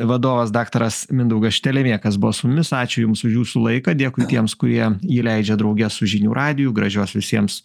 vadovas daktaras mindaugas štelemėkas buvo su mumis ačiū jums už jūsų laiką dėkui tiems kurie jį leidžia drauge su žinių radiju gražios visiems